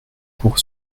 pour